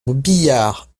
biard